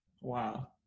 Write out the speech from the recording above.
Wow